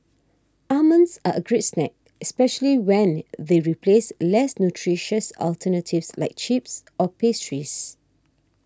almonds are a great snack especially when they replace less nutritious alternatives like chips or pastries